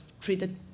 treated